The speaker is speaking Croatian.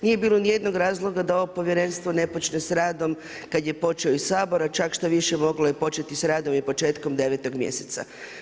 Nije bilo ni jednog razloga da ovo povjerenstvo ne počinje s radom kad je počeo i Sabor, a čak štoviše moglo je početi i s radom i početkom 9 mjeseca.